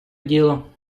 діло